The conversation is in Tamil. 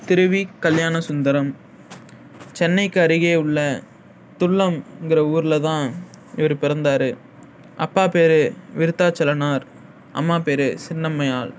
திரு வி கல்யாணசுந்தரம் சென்னைக்கு அருகே உள்ள துள்ளம்ங்கிற ஊருல தான் இவர் பிறந்தார் அப்பா பேர் விருத்தாச்சலனார் அம்மா பேர் சின்னம்மையாள்